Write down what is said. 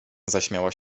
zaśmiała